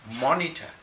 monitor